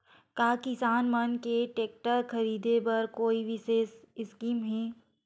का किसान मन के टेक्टर ख़रीदे बर कोई विशेष स्कीम हे?